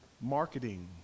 Marketing